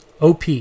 OP